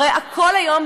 הרי הכול היום,